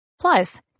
Plus